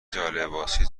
جالباسی